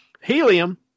helium